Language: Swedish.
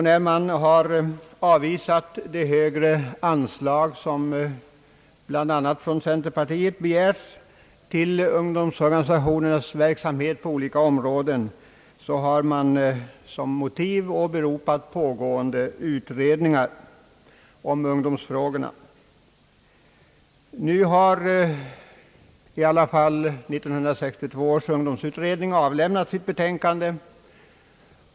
När man då har avvisat de högre anslag, som bl.a. centerpartiet har begärt till ungdomsorganisationernas verksamhet på olika områden, har som motiv åberopats pågående utredningar om ungdomsfrågorna. Nu har 1962 års ungdomsutredning avlämnat sitt betänkande.